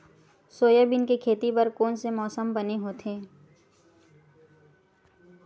Soybean के खेती बर कोन से मौसम बने होथे?